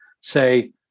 say